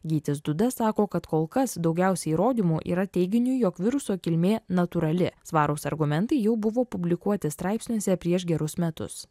gytis duda sako kad kol kas daugiausiai įrodymų yra teiginiui jog viruso kilmė natūrali svarūs argumentai jau buvo publikuoti straipsniuose prieš gerus metus